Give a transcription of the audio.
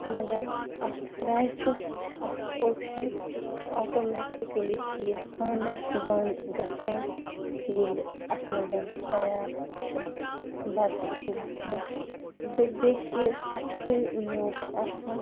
مگر اَتھ رایسَس چھِ اَکھ اوپشَن آٹومیٹِکٔلی چھِ یہِ پانَے بَنٛد گَژھان ییٚلہِ اَتھ منٛز تیار چھِ بَتہٕ گژھان تہٕ بیٚیہِ چھِ یہِ سٮ۪ٹھٕے میوٗٹھ آسان